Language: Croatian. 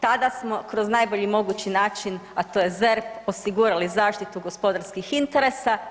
Tada smo kroz najbolji mogući način, a to je ZERP, osigurali zaštitu gospodarskih interesa.